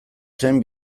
zen